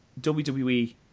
WWE